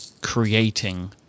creating